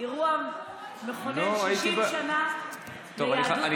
אירוע מכונן, 60 שנה ליהדות מרוקו?